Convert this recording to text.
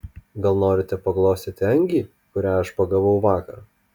gal norite paglostyti angį kurią aš pagavau vakar